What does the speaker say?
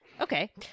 okay